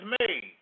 made